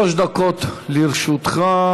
שלוש דקות לרשותך.